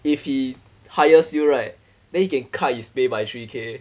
if he hires you right then he can cut is pay by three K